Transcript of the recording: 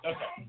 Okay